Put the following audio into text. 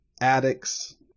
addicts